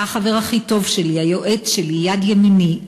אתה החבר הכי טוב שלי, היועץ שלי, יד ימיני.